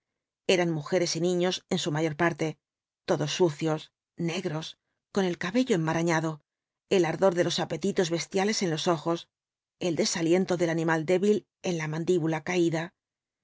eran mujeres y niños en su mayor parte todos sucios negros con el cabello enmarañado el ardor de los apetitos bestiales en los ojos el desaliento del animal débil en la mandíbula caída